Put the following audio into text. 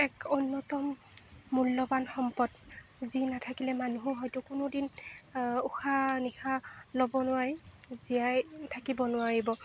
এক অন্যতম মূল্যৱান সম্পদ যি নাথাকিলে মানুহে হয়তো কোনোদিন উশাহ নিশাহ ল'ব নোৱাৰি জীয়াই থাকিব নোৱাৰিব